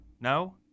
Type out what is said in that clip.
No